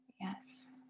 Yes